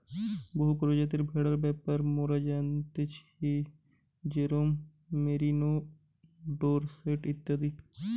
বহু প্রজাতির ভেড়ার ব্যাপারে মোরা জানতেছি যেরোম মেরিনো, ডোরসেট ইত্যাদি